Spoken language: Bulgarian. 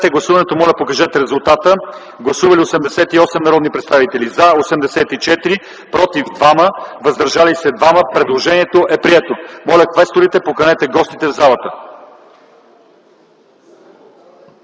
залата. Ако обичате, гласувайте. Гласували 88 народни представители: за 84, против 2, въздържали се 2. Предложението е прието. Моля, квесторите, поканете гостите в залата.